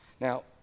now